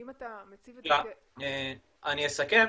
אסכם.